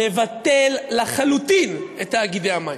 לבטל לחלוטין את תאגידי המים.